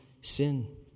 sin